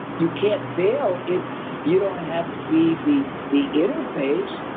you can't fail if you don't have to be the the interface.